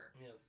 Yes